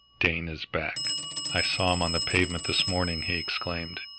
dane is back i saw him on the pavement this morning! he exclaimed.